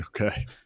okay